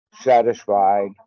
satisfied